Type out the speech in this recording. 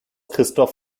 christoph